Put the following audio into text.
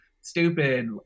stupid